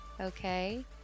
okay